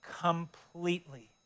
completely